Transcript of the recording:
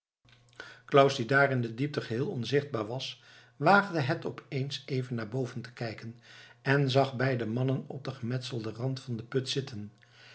claus die daar in de diepte geheel onzichtbaar was waagde het om eens even naar boven te kijken en zag beide mannen op den gemetselden rand van den put zitten